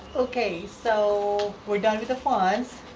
okay. so we're done with the funds.